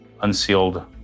unsealed